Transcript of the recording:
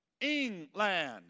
England